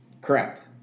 Correct